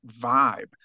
vibe